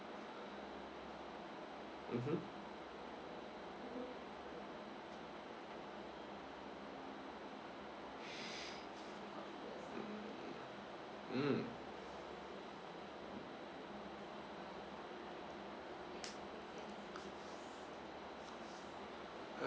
mmhmm mm